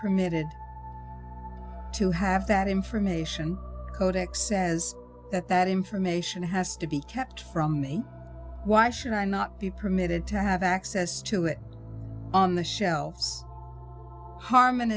permitted to have that information codex says that that information has to be kept from me why should i not be permitted to have access to it on the shelves harm